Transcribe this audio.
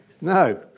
No